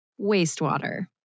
Wastewater